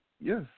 yes